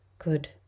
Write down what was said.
Good